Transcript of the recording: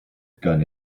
gun